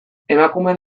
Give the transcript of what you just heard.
emakumeen